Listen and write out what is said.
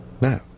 No